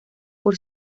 por